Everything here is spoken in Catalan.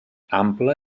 ampla